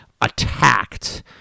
Attacked